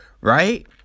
Right